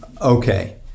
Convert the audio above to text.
Okay